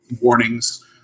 warnings